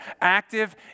active